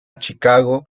chicago